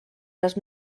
les